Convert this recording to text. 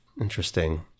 Interesting